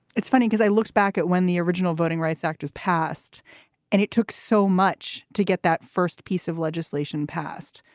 it's funny because i looked back at when the original voting rights act was passed and it took so much to get that first piece of legislation passed.